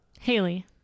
Haley